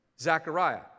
Zechariah